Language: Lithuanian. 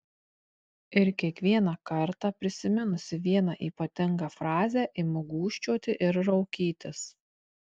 ir kiekvieną kartą prisiminusi vieną ypatingą frazę imu gūžčioti ir raukytis